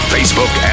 Facebook